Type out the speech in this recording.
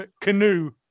canoe